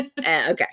Okay